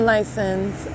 License